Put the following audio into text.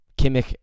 Kimmich